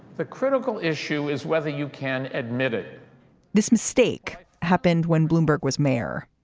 the critical issue is whether you can admit it this mistake happened when bloomberg was mayor.